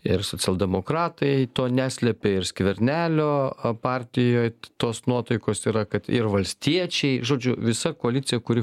ir socialdemokratai to neslepia ir skvernelio partijoje tos nuotaikos yra kad ir valstiečiai žodžiu visa koalicija kuri